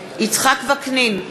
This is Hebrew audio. יצחק וקנין,